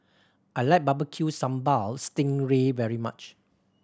I like Barbecue Sambal sting ray very much